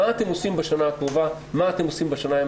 מה אתם עושים בשנה הקרובה, מה אתם עושים בשנתיים